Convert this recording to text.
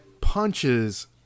punches